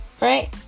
Right